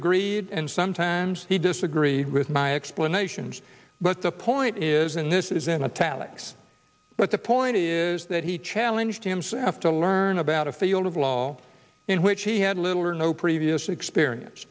agreed and sometimes he disagreed with my explanations but the point is and this is in a tallackson but the point is that he challenged himself to learn about a field of law in which he had little or no previous experience